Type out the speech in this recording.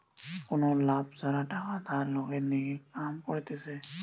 কোনো লাভ ছাড়া টাকা ধার লোকের লিগে কাম করতিছে